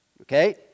okay